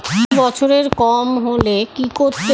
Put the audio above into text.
জীবন বীমা পলিসি র জন্যে আমার বয়স আঠারো বছরের কম হলে কি করতে হয়?